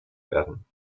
werden